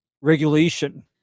regulation